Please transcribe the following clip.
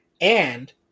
And-